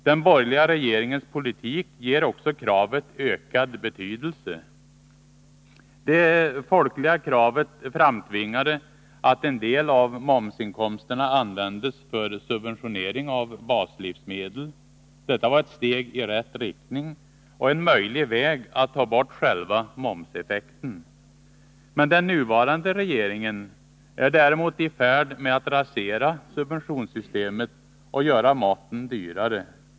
Den borgerliga regeringens politik ger också kravet ökad betydelse. Det folkliga kravet framtvingade att en del av momsinkomsterna användes för subventionering av baslivsmedel. Detta var ett steg i rätt riktning och en möjlig väg att ta bort själva momseffekten. Den nuvarande regeringen är däremot i färd med att rasera subventionssystemet och göra maten dyrare.